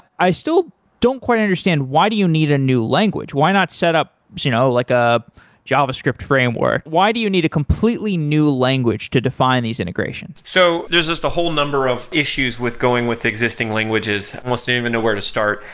i still don't quite understand why do you need a new language? why not set up you know like a javascript framework? why do you need a completely new language to define these integrations? so there's just a whole number of issues with going with existing languages. i don't even know where to start.